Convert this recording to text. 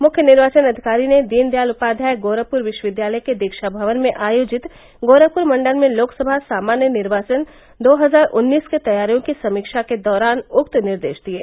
मुख्य निर्वाचन अधिकारी ने दीन दयाल उपाध्याय गोरखप्र विश्वविद्यालय के दीक्षा भवन में आयोजित गोरखपुर मण्डल में लोकसभा सामान्य निर्वाचन दो हजार उन्नीस के तैयारियों की समीक्षा के दौरान उक्त निर्देश दिये